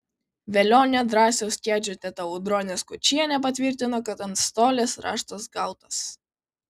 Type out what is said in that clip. velionio drąsiaus kedžio teta audronė skučienė patvirtino kad antstolės raštas gautas